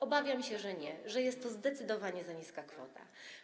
Obawiam się, że nie, że jest to zdecydowanie za niska kwota.